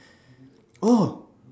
oh